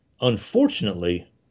Unfortunately